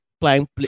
playing